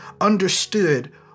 understood